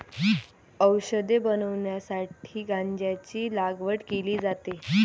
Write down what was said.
औषध बनवण्यासाठी गांजाची लागवड केली जाते